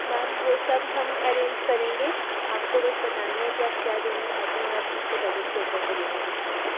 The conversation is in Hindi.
मैम वो सब हम अरेंज करेंगे आपको बस बताना है कि आप क्या देना चाहते हैं और आप कितने बजट के अंदर का देना चाहते हैं